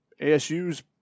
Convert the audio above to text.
ASU's